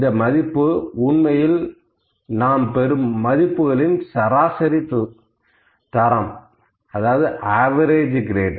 இந்த மதிப்பு உண்மையில் நாம் பெறும் மதிப்புகளின் சராசரி தரம் அவரேஜ் கிரேட்